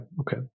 okay